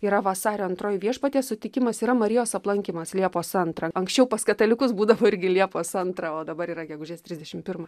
yra vasario antroji viešpaties sutikimas yra marijos aplankymas liepos antrą anksčiau pas katalikus būdavo irgi liepos antrą o dabar yra gegužės trisdešim pirmą